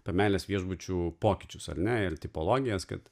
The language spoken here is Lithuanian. apie meilės viešbučių pokyčius ar ne ir tipologijas kad